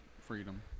freedom